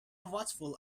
watchful